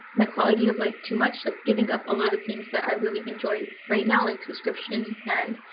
my quality of life too much. like giving up a lot of things that i really enjoy right now like subscriptions and